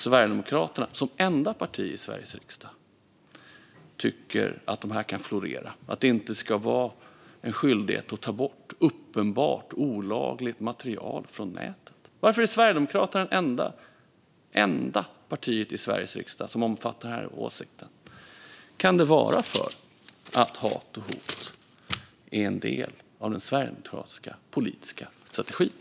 Sverigedemokraterna som enda parti i Sveriges riksdag tycker att dessa desinformationskampanjer kan florera och att det inte ska vara en skyldighet att ta bort uppenbart olagligt material från nätet. Varför är Sverigedemokraterna det enda partiet i Sveriges riksdag som har denna åsikt? Kan det vara för att hat och hot är en del av den sverigedemokratiska politiska strategin?